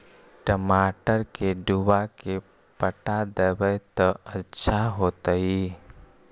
टमाटर के डुबा के पटा देबै त अच्छा होतई?